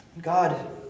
God